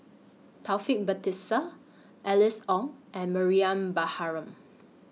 Taufik Batisah Alice Ong and Mariam Baharom